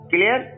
Clear